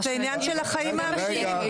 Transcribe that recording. לוועדת המשנה של המועצה הארצית.